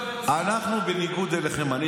אנחנו, בניגוד אליכם, לא ייאמן.